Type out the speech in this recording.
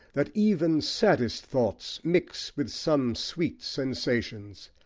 that even saddest thoughts mix with some sweet sensations,